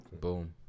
Boom